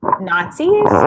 Nazis